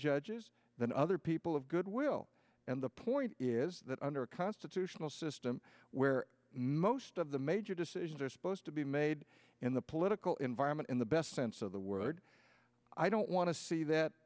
judges than other people of goodwill and the point is that under a constitutional system where most of the major decisions are supposed to be made in the political environment in the best sense of the word i don't want to see that